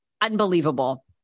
unbelievable